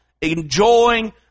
enjoying